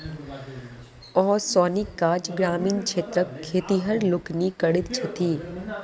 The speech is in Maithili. ओसौनीक काज ग्रामीण क्षेत्रक खेतिहर लोकनि करैत छथि